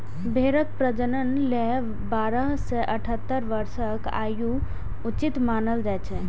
भेड़क प्रजनन लेल बारह सं अठारह वर्षक आयु उचित मानल जाइ छै